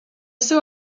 seu